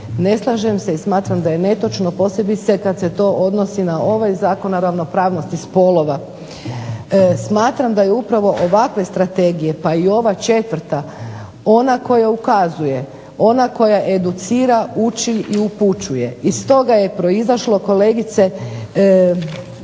Ne slažem se i smatram da je netočno posebice kad se to odnosi na ovaj Zakon o ravnopravnosti spolova. Smatram da upravo ovakve strategije pa i ova četvrta ona koja ukazuje, ona koja educira, uči i upućuje. Iz toga je proizašlo kolegice